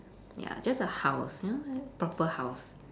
ya just a house you know you know proper house